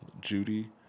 Judy